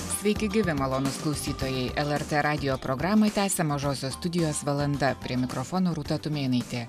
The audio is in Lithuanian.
sveiki gyvi malonūs klausytojai lrt radijo programą tęsia mažosios studijos valanda prie mikrofono rūta tumėnaitė